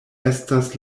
estas